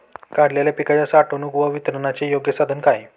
काढलेल्या पिकाच्या साठवणूक व वितरणाचे योग्य साधन काय?